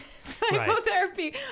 psychotherapy